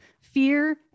fear